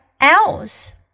else